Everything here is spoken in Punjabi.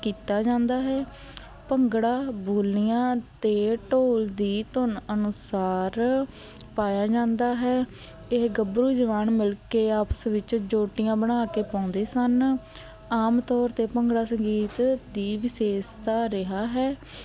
ਕੀਤਾ ਜਾਂਦਾ ਹੈ ਭੰਗੜਾ ਬੋਲੀਆਂ ਅਤੇ ਢੋਲ ਦੀ ਧੁੰਨ ਅਨੁਸਾਰ ਪਾਇਆ ਜਾਂਦਾ ਹੈ ਇਹ ਗੱਭਰੂ ਜਵਾਨ ਮਿਲ ਕੇ ਆਪਸ ਵਿੱਚ ਜੋਟੀਆਂ ਬਣਾ ਕੇ ਪਾਉਂਦੇ ਸਨ ਆਮ ਤੌਰ 'ਤੇ ਭੰਗੜਾ ਸੰਗੀਤ ਦੀ ਵਿਸ਼ੇਸ਼ਤਾ ਰਿਹਾ ਹੈ